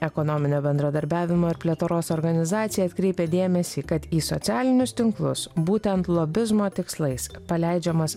ekonominio bendradarbiavimo ir plėtros organizacija atkreipia dėmesį kad į socialinius tinklus būtent lobizmo tikslais paleidžiamas